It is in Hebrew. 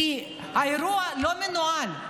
כי האירוע לא מנוהל.